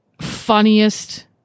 funniest